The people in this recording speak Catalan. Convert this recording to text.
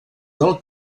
del